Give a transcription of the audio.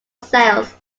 sales